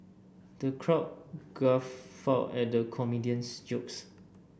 the crowd guffawed at the comedian's jokes